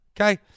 Okay